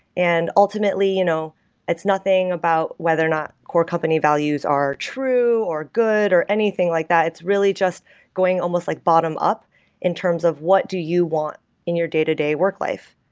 and ultimately, you know it's nothing about whether or not core company values are true, or good, or anything like that. it's really just going almost like bottom-up in terms of what do you want in your day-to-day work life